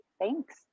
Thanks